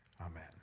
Amen